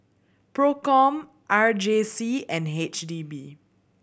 Procom R J C and H D B